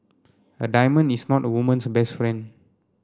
a diamond is not a woman's best friend